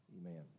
Amen